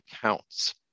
counts